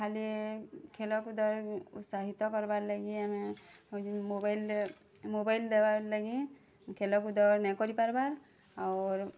ଖାଲି ଖେଳକୁଦରେ ସାହିତ୍ୟ କର୍ବାର ଲାଗି ଆମେ ମୋବାଇଲ୍ରେ ମୋବାଇଲ୍ ଦେବା ଲାଗି ଖେଳକୁଦ ନାଇଁ କରି ପାର୍ବା ଅର୍